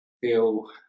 feel